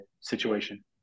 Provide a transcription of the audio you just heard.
situation